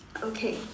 okay